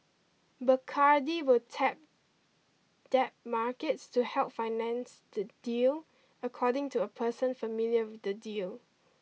Bacardi will tap debt markets to help finance the deal according to a person familiar with the deal